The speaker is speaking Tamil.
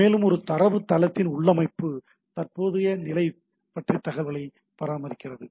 மேலும் இது தரவுத்தளத்தின் உள்ளமைவு மற்றும் தற்போதைய நிலை பற்றிய தகவல்களைப் பராமரிக்கிறது